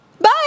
Bye